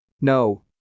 No